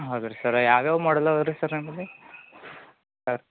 ಹೌದಾ ರೀ ಸರ ಯಾವ ಯಾವ ಮಾಡಲ್ ಅವ ರೀ ಸರ್ ನಿಮ್ಮಲ್ಲಿ ಸರ್